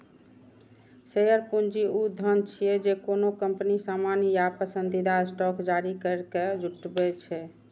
share पूंजी ऊ धन छियै, जे कोनो कंपनी सामान्य या पसंदीदा स्टॉक जारी करैके जुटबै छै